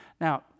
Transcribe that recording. Now